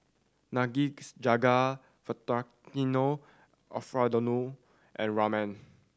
Nikujaga Alfredo and Ramen